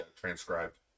transcribed